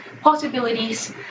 possibilities